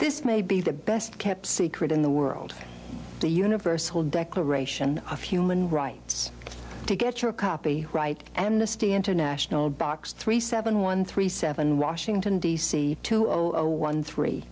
this may be the best kept secret in the world the universal declaration of human rights to get your copy right and the city international box three seven one three seven washington d c two zero one three